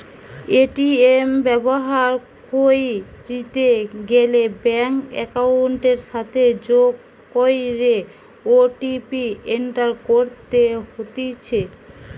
ATM ব্যবহার কইরিতে গ্যালে ব্যাঙ্ক একাউন্টের সাথে যোগ কইরে ও.টি.পি এন্টার করতে হতিছে